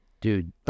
Dude